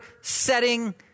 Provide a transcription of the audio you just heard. setting